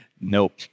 Nope